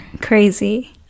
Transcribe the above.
Crazy